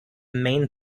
main